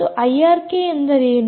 ಮತ್ತು ಐಆರ್ಕೆ ಎಂದರೇನು